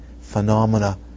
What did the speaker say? phenomena